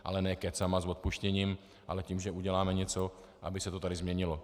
Ale ne kecama s odpuštěním, ale tím, že uděláme něco, aby se to tady změnilo.